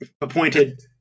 appointed